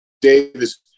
Davis